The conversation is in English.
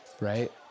right